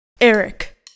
Eric